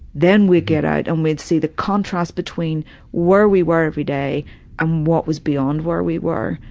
then we'd get out and we'd see the contrast between where we were everyday and what was beyond where we were.